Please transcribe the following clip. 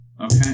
Okay